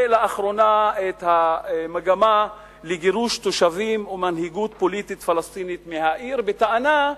ולאחרונה המגמה של גירוש תושבים ומנהיגות פוליטית פלסטינית מהעיר בטענה,